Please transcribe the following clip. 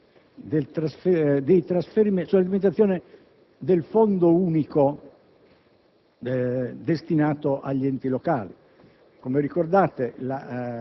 sulla limitazione del Fondo unico